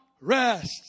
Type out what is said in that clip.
rest